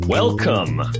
Welcome